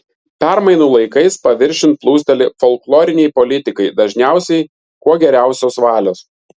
permainų laikais paviršiun plūsteli folkloriniai politikai dažniausiai kuo geriausios valios